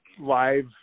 live